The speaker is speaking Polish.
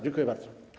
Dziękuję bardzo.